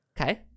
Okay